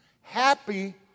Happy